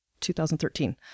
2013